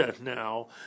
Now